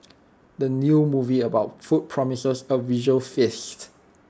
the new movie about food promises A visual feast